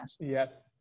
Yes